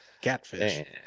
catfish